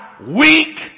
Weak